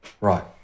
Right